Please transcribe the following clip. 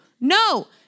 no